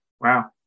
Wow